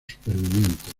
supervivientes